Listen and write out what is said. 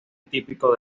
típico